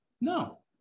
No